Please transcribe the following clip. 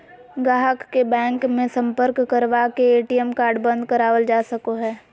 गाहक के बैंक मे सम्पर्क करवा के ए.टी.एम कार्ड बंद करावल जा सको हय